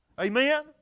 Amen